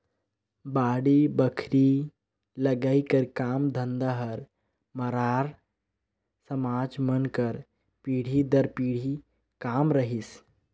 बाड़ी बखरी लगई कर काम धंधा हर मरार समाज मन कर पीढ़ी दर पीढ़ी काम रहिस